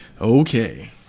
Okay